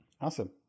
Awesome